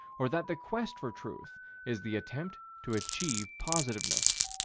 or that the quest for truth is the attempt to achieve positiveness